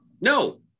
No